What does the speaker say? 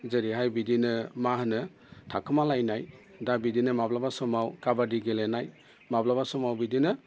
जेरैहाय बिदिनो मा होनो थाखोमालायनाय दा बिदिनो माब्लाबा समाव खाबादि गेलेनाय माब्लाबा समाव बिदिनो